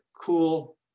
cool